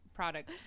product